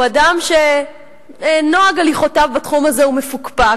הוא אדם שנוהג הליכותיו בתחום הזה הוא מפוקפק,